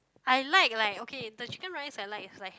I like like okay the chicken rice I like is like